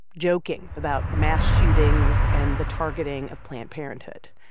joking about mass shootings and the targeting of planned parenthood.